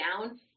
down